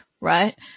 right